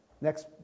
Next